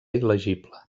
il·legible